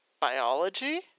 biology